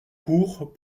court